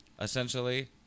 essentially